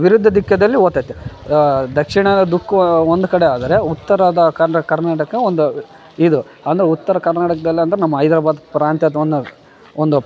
ವಿರುದ್ಧ ದಿಕ್ಕಿನಲ್ಲೇ ಹೋತೈತೆ ದಕ್ಷಿಣ ದಿಕ್ಕು ಒಂದು ಕಡೆ ಆದರೆ ಉತ್ತರದ ಕನ್ಡ ಕರ್ನಾಟಕ ಒಂದು ಇದು ಅಂದ್ರೆ ಉತ್ತರ ಕರ್ನಾಟಕದಲ್ಲಿ ಅಂದ್ರೆ ನಮ್ಮ ಹೈದ್ರಬಾದ ಪ್ರಾಂತ್ಯ ಒಂದು